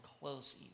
close